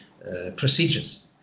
procedures